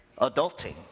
adulting